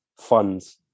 funds